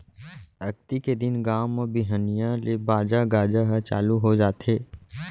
अक्ती के दिन गाँव म बिहनिया ले बाजा गाजा ह चालू हो जाथे